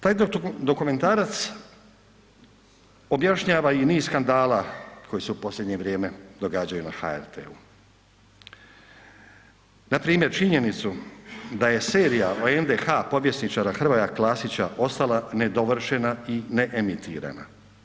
Taj dokumentarac objašnjava i niz skandala koje se u posljednje vrijeme događaju na HRT-u, npr. činjenicu da je serija o NDH povjesničara Hrvoja Klasića ostala nedovršena i neemitirana.